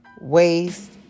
waste